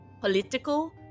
political